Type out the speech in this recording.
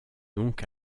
donc